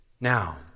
Now